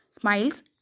Smiles